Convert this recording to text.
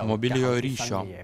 mobiliojo ryšio